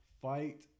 Fight